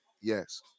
Yes